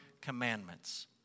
commandments